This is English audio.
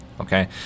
Okay